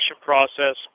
process